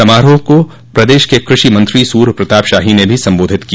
समारोह को प्रदेश के कृषि मंत्री सूर्य प्रताप शाही ने भी सम्बोधित किया